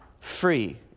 free